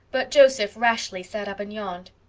but joseph rashly sat up and yawned.